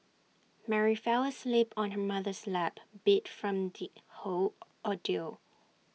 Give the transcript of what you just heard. Mary fell asleep on her mother's lap beat from the whole ordeal